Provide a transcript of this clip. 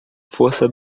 força